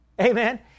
Amen